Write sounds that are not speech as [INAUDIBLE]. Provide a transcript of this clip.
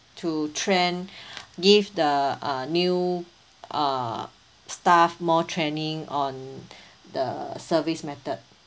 to train [BREATH] give the uh new err staff more training on [BREATH] the service method